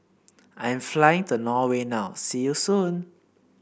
I'm flying to Norway now see you soon